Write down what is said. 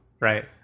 Right